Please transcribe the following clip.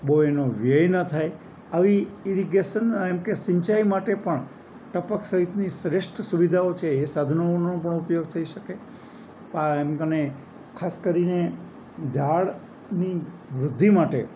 બહુ એનો વ્યય ના થાય આવી ઈરીગેશનના એમ કે સિંચાઈ માટે પણ ટપક સહિતની શ્રેષ્ઠ સુવિધાઓ છે એ સાધનોનો પણ ઉપયોગ થઈ શકે એમ કને ખાસ કરીને ઝાડની વૃદ્ધિ માટે